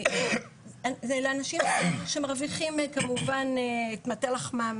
אלה אנשים שמרווחים כמובן את מטה לחמם